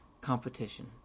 competition